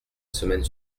semaine